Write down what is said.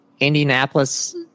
Indianapolis